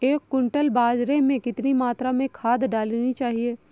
एक क्विंटल बाजरे में कितनी मात्रा में खाद डालनी चाहिए?